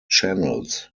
channels